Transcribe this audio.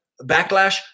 backlash